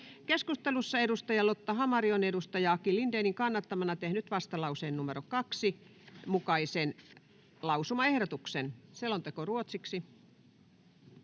Keskustelussa edustaja Lotta Hamari on edustaja Aki Lindénin kannattamana tehnyt vastalauseen 2 mukaisen lausumaehdotuksen. — Selonteko ruotsiksi.